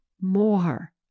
more